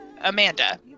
Amanda